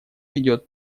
ведет